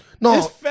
No